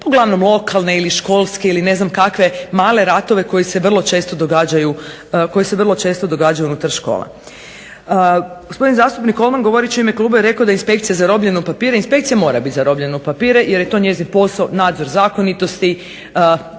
uglavnom lokalne ili školske male ratove koji se vrlo često događaju unutar škola. Gospodin zastupnik Kolman govoreći u ime Kluba je rekao da je inspekcija zarobljena u papire, inspekcija mora biti zarobljena u papire jer je to njezin posao, nadzor zakonitosti